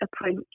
approach